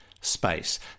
Space